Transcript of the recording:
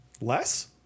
less